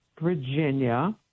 virginia